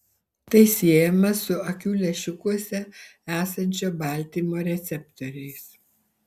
tai siejama su akių lęšiukuose esančio baltymo receptoriais